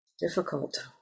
difficult